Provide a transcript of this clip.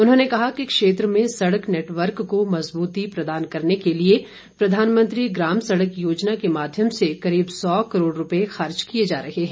उन्होंने कहा कि क्षेत्र में सड़क नेटवर्क को मज़बूती प्रदान करने के लिए प्रधानमंत्री ग्राम सड़क योजना के माध्यम से करीब सौ करोड़ रूपये खर्च किए जा रहे हैं